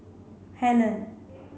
Helen